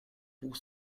pour